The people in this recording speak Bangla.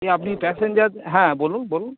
এই আপনি প্যাসেঞ্জার হ্যাঁ বলুন বলুন